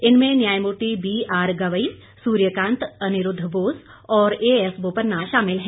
इनमें न्यायमूर्ति B R Gavai Suryakant Aniruddha Bose और ए एस बोपन्ना शामिल हैं